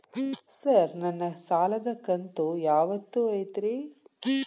Sir ನನ್ನ ಸಾಲದ ಕಂತು ಯಾವತ್ತೂ ಐತ್ರಿ?